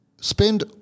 spend